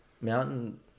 mountain –